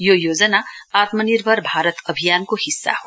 यो योजना आत्मनिर्भर भारत अभियानको हिस्सा हो